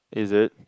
is it